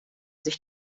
sich